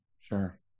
Sure